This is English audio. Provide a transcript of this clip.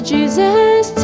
Jesus